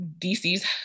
dc's